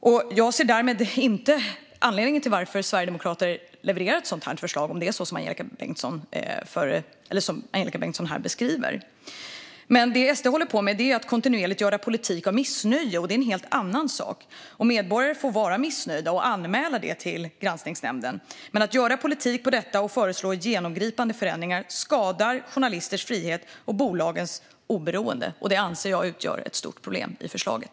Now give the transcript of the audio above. Om det är så som Angelika Bengtsson här beskriver ser jag därför inte någon anledning till att Sverigedemokraterna levererar ett sådant här förslag. Det Sverigedemokraterna håller på med är att kontinuerligt göra politik av missnöje, och det är en helt annan sak. Medborgare får vara missnöjda och anmäla det till granskningsnämnden, men att göra politik på detta och föreslå genomgripande förändringar skadar journalisters frihet och bolagens oberoende. Detta anser jag utgör ett stort problem i förslaget.